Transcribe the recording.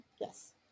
Yes